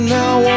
now